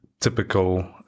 typical